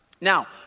Now